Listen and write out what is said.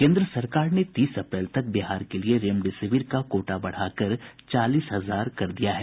केन्द्र सरकार ने तीस अप्रैल तक बिहार के लिये रेमडेसिविर का कोटा बढ़ाकर चालीस हजार कर दिया है